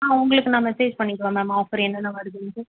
ஆ உங்களுக்கு நான் மெசேஜ் பண்ணிவிடவா மேம் ஆஃபர் என்னென்ன வருதுண்ட்டு